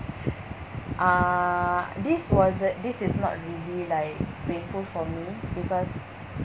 uh this wasn't this is not really like painful for me because